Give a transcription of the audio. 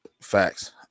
facts